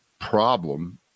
problem